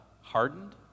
hardened